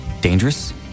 dangerous